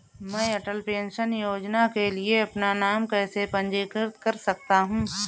मैं अटल पेंशन योजना के लिए अपना नाम कैसे पंजीकृत कर सकता हूं?